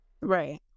Right